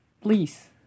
please